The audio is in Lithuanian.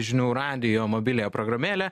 žinių radijo mobiliąją programėlę